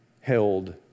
held